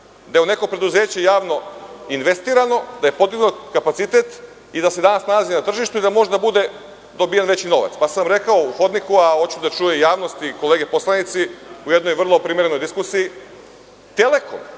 da je u neko preduzeće javno investirano, da je podignut kapacitet i da se danas nalazi na tržištu i da može da bude dobijen veći novac. Rekao sam vam u hodniku, hoću da čuje i javnost i kolege poslanici, u jednoj vrlo primerenoj diskusiji. Telekom